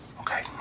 Okay